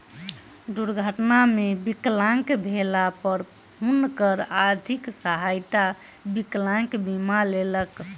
दुर्घटना मे विकलांग भेला पर हुनकर आर्थिक सहायता विकलांग बीमा केलक